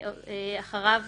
אחריו